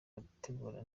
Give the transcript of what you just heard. ateguye